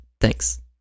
Thanks